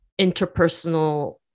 interpersonal